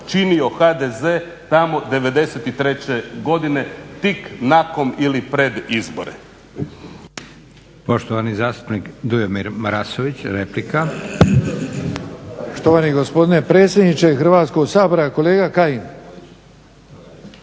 činio HDZ tamo '93. godine tik nakon ili pred izbore.